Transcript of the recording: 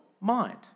mind